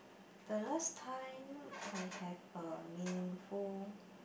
the last time I have a meaningful